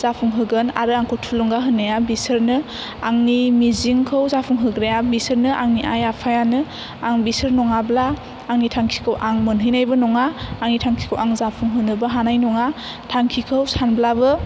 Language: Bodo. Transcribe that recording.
जाफुंहोगोन आरो आंखौ थुलुंगा होनाया बिसोरनो आंनि मिजिंखौ जाफुंहोग्राया बिसोरनो आंनि आइ आफायोनो आं बिसोर नङाब्ला आंनि थांखिखौ आं मोनहैनायबो नङा आंनि थांखिखौ आं जाफुंहोनोबो हानाय नङा थांखिखौ सानब्लाबो